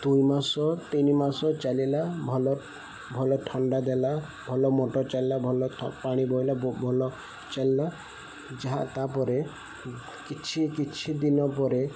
ଦୁଇ ମାସ ତିନି ମାସ ଚାଲିଲା ଭଲ ଭଲ ଥଣ୍ଡା ଦେଲା ଭଲ ମୋଟର୍ ଚାଲିଲା ଭଲ ପାଣି ବହିଲା ଭଲ ଚାଲିଲା ଯାହା ତା'ପରେ କିଛି କିଛି ଦିନ ପରେ